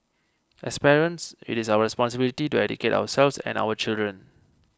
as parents it is our responsibility to educate ourselves and our children